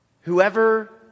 whoever